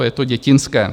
Je to dětinské.